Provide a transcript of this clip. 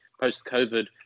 post-COVID